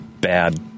bad